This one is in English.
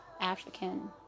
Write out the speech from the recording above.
African